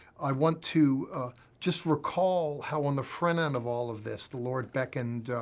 i want to just recall how, on the front end of all of this, the lord beckoned,